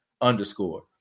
underscore